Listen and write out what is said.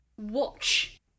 watch